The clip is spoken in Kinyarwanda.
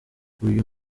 uyu